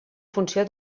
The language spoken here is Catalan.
funció